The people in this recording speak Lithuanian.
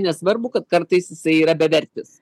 nesvarbu kad kartais jisai yra bevertis